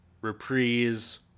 reprise